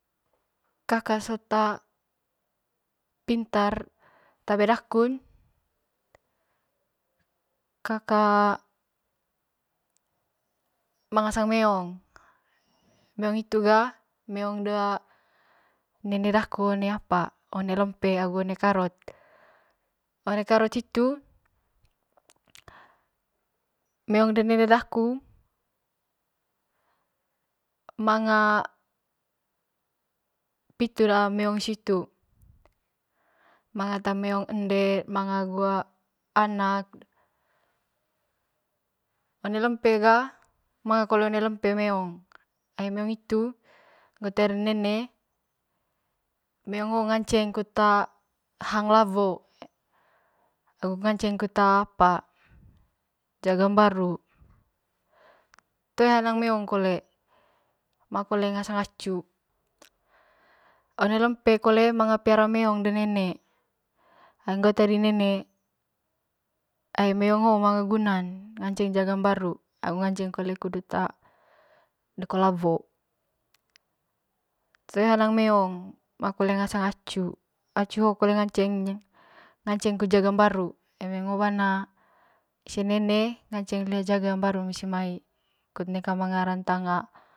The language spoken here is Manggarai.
Kaka sot pintar ata bae dakun kaka ma ngasang meongn, meong hitu ga meong de nene daku one lempe agu one karot, one karot hitu meong de nene daku manga pitu de meong situ manga ata meong ende manga agu anak de one lempe ga manga kole one lempe meong ai meong hitu ngo tae de nene meong hoo hganceng hang lawo agu ngance kut apa jaga mbaru toe hanang meong kole ma kole ngasang acu one lempe kole manga pliara meong de nene ai ngoo tae di nene ai meong hoo manga gunan nganceng jaga mbaru agu ngance kole deko lawo toe hanang meeong ma kole ngasang acu acu ho kole ngaceng ngaceng kut jjaga mbaru eme ngo bana ise nene nganceng lia jaga mbaru musi mai kut neka manga rantang.